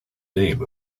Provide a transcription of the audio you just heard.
name